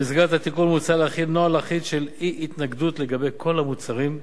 במסגרת התיקון מוצע להחיל נוהל אחיד של אי-התנגדות לגבי כל המוצרים.